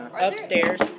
upstairs